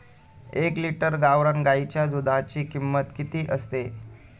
एक लिटर गावरान गाईच्या दुधाची किंमत किती असते?